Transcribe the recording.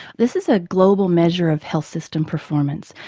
this is a global measure of health system performance.